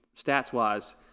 stats-wise